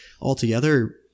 Altogether